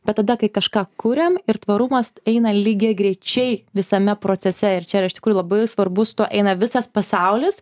bet tada kai kažką kuriam ir tvarumas eina lygiagrečiai visame procese ir čia yra iš tikrųjų labai svarbus tuo eina visas pasaulis